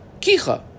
kicha